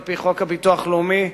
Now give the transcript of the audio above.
על-פי הביטוח הלאומי,